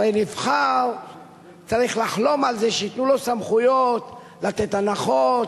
הרי נבחר צריך לחלום על זה שייתנו לו סמכויות לתת הנחות,